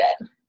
good